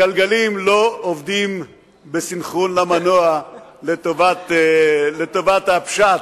הגלגלים לא עובדים בסינכרון למנוע, לטובת הפשט.